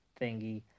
thingy